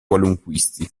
qualunquisti